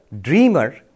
dreamer